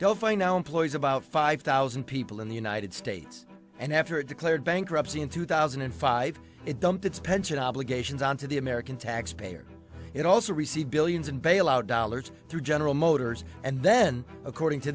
delphi now employs about five thousand people in the united states and after a declared bankruptcy in two thousand and five it dumped its pension obligations onto the american taxpayer it also received billions in bailout dollars through general motors and then according to